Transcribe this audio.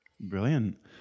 Brilliant